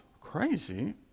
crazy